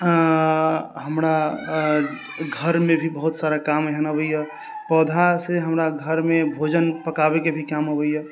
हमरा घरमे भी बहुत सारा काम एहन अबैया पौधा से हमरा घरमे भोजन पकाबैके भी काम अबैया